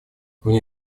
вне